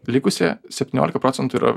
likusia septyniolika procentų yra